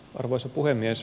arvoisa puhemies